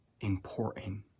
important